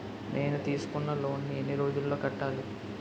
నేను తీసుకున్న లోన్ నీ ఎన్ని రోజుల్లో కట్టాలి?